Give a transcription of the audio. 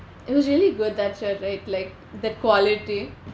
it was really good that shirt right like the quality